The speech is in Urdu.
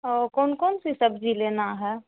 او کون کون سی سبزی لینا ہے